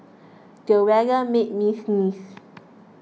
the weather made me sneeze